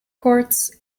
courts